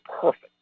perfect